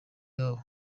yabo